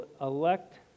elect